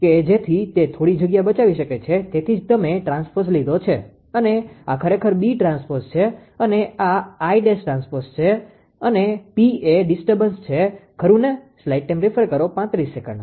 કે જેથી તે થોડી જગ્યા બચાવી શકે છે તેથી જ તમે ટ્રાન્સપોઝ લીધો છે અને આ ખરેખર B ટ્રાન્સપોઝ છે અને આ ટ્રાન્સપોઝ છે અને p એ ડિસ્ટર્બન્સdisturbanceખલેલ છે ખરું ને